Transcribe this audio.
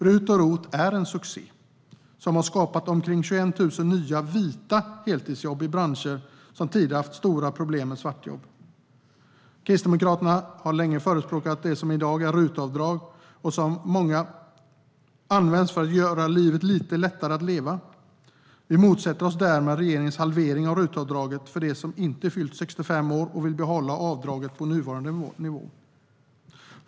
RUT och ROT är en succé som har skapat omkring 21 000 nya, vita heltidsjobb i branscher som tidigare har haft stora problem med svartjobb. Kristdemokraterna har länge förespråkat det som i dag är RUT-avdrag och som av många används för att göra livet lite lättare att leva. Vi motsätter oss därmed regeringens halvering av RUT-avdraget för dem som inte fyllt 65 år och vill behålla avdraget på nuvarande nivå.